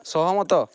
ସହମତ